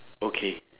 okay